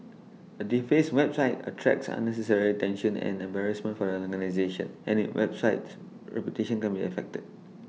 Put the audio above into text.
A defaced website attracts unnecessary attention and embarrassment for the organisation and IT websites reputation can be affected